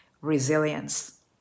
resilience